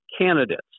candidates